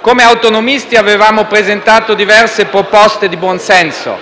Come autonomisti avevamo presentato diverse proposte di buonsenso,